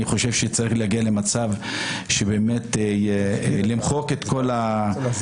אני חושב שצריך להגיע למצב של למחוק את כל